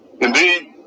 Indeed